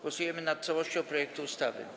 Głosujemy nad całością projektu ustawy.